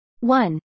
one